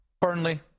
Burnley